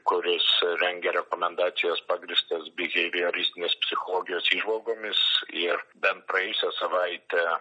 kuris rengia rekomendacijas pagrįstas biheivioristinės psichologijos įžvalgomis ir bent praėjusią savaitę